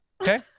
Okay